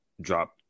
drop